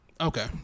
Okay